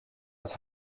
als